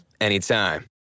anytime